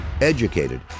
Educated